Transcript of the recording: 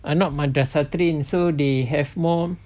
are not madrasah train so they have more